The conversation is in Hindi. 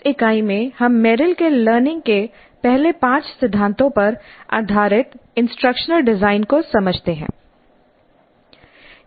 इस इकाई में हम मेरिल के लर्निंग के पहले पांच सिद्धांतों पर आधारित इंस्ट्रक्शनल डिजाइन को समझते हैं